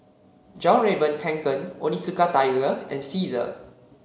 Fjallraven Kanken Onitsuka Tiger and Cesar